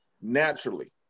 naturally